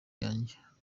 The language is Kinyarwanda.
yanjye